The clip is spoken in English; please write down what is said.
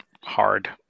hard